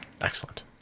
Excellent